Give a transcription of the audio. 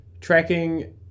tracking